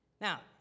Now